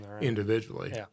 individually